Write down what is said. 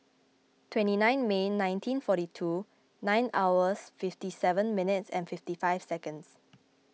twenty nine May nineteen forty two nine hours fifty seven minutes fifty five seconds